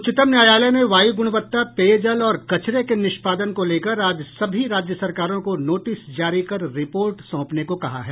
उच्चतम न्यायालय ने वायु गुणवत्ता पेयजल और कचरे के निष्पादन को लेकर आज सभी राज्य सरकारों को नोटिस जारी कर रिपोर्ट सौंपने को कहा है